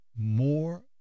more